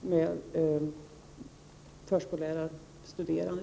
det gäller bl.a. förskollärarstuderande.